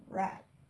frap